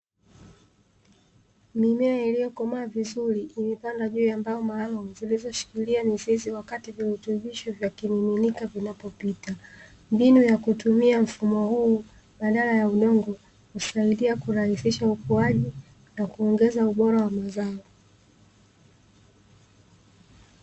Mimea iliyokomaa vizuri imepandwa juu ya mbao maalumu, zilizoshikilia mizizi wakati virutubisho vya kimiminika vinapopita. Mbinu ya kutumia mfumo huu badala ya udongo husaidia kurahisisha ukuaji, na kuongeza ubora wa mazao.